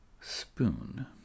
spoon